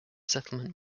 settlement